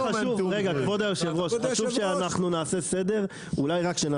כבוד היושב ראש, חשוב שאנחנו נעשה סדר בעובדות.